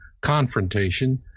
confrontation